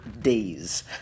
days